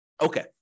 okay